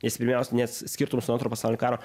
nes pirmiausia net skirtumas nuo antro pasaulinio karo